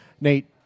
Nate